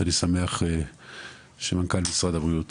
אני שמח שמנכ"ל משרד הבריאות